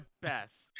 best